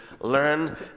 learn